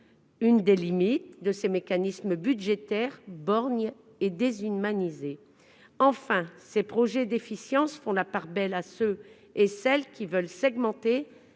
bien les limites de ces mécanismes budgétaires borgnes et déshumanisés. Enfin, ces programmes d'efficience font la part belle à celles et ceux qui veulent segmenter